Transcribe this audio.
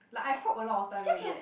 like I probe a lot of time already eh